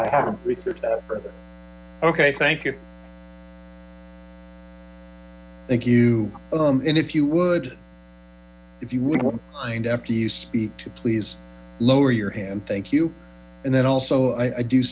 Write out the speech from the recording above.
i haven't researched that further okay thank you thank you and if you would if you wouldn't mind after you speak to please lower your hand thank you and then also i